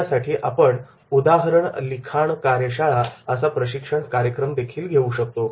यासाठी आपण केस लिखाण कार्यशाळा असा प्रशिक्षण कार्यक्रम देखील घेऊ शकतो